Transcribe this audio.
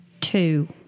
Two